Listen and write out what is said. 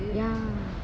ya